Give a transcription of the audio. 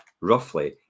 roughly